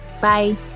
Bye